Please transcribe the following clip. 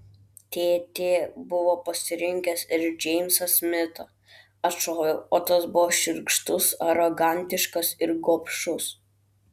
tėtė buvo pasirinkęs ir džeimsą smitą atšoviau o tas buvo šiurkštus arogantiškas ir gobšus